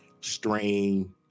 strain